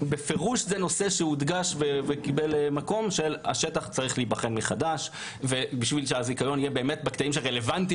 נושא שהודגש והוא חשוב כדי שהזיכיון יהיה בשטח רלוונטי